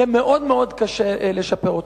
יהיה מאוד מאוד קשה לשפר אותו.